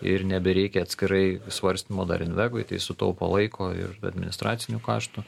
ir nebereikia atskirai svarstymo dar invegoj tai sutaupo laiko ir administracinių kaštų